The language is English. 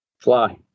Fly